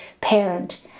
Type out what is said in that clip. parent